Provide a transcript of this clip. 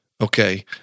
Okay